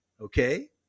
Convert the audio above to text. okay